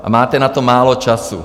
A máte na to málo času.